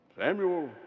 Samuel